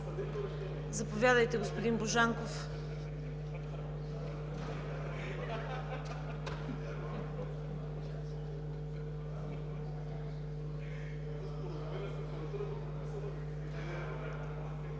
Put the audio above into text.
Заповядайте, господин Божанков.